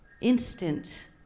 instant